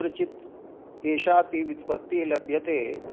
कुत्रचित् एषापि व्युत्पत्तिः लभ्यते